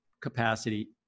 capacity